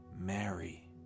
Mary